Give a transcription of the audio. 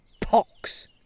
pox